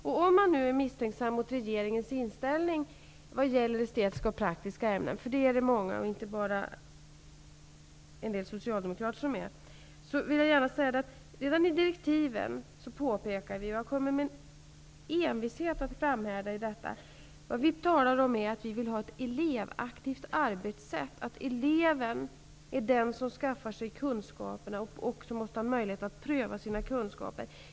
Om man nu är misstänksam mot regeringens inställning vad gäller estetiska och praktiska ämnen -- det är många som är det, inte bara en del socialdemokrater -- vill jag gärna säga att vi redan i direktiven påpekade att vi vill ha ett elevaktivt arbetssätt, att eleven är den som skaffar sig kunskaperna och också måste ha möjlighet att pröva sina kunskaper.